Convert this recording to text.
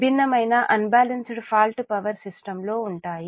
విభిన్నమైన unbalanced faults power system లో ఉంటాయి